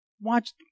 watch